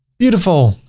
beautiful.